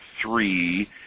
three